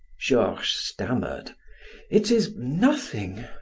georges stammered it is nothing.